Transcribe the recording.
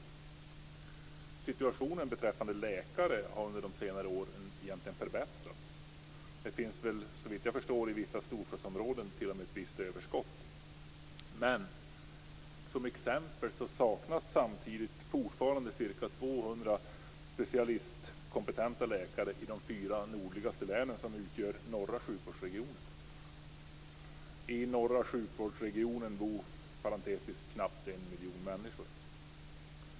Situationen beträffande läkare har under senare år egentligen förbättrats. Det finns såvitt jag förstår i vissa storstadsområden t.o.m. ett visst överskott. Samtidigt saknas fortfarande t.ex. ca 200 specialistkompetenta läkare inom fyra av de nordligaste länen, som utgör norra sjukvårdsregionen. I norra sjukvårdsregionen bor knappt en miljon människor.